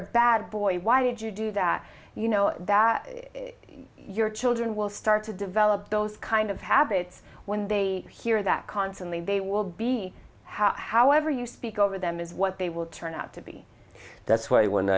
a bad boy why did you do that you know that your children will start to develop those kind of habits when they hear that constantly they will be however you speak over them is what they will turn out to be that's why when